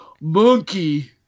monkey